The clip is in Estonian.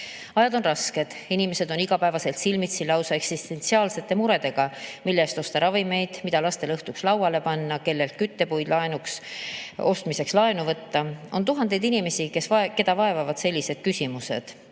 Ajad on rasked, inimesed on igapäevaselt silmitsi lausa eksistentsiaalsete muredega: mille eest osta ravimeid, mida lastele õhtuks lauale panna, kellelt küttepuude ostmiseks laenu võtta. On tuhandeid inimesi, keda vaevavad sellised küsimused